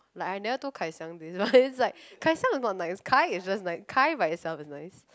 like I never told kai xiang but it's like kai xiang is not nice kai is just nice kai by itself is nice